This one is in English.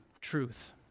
truth